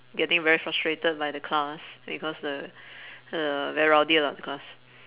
getting very frustrated by the class because the the very rowdy lah the class